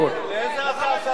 על איזה הצעה שר הפנים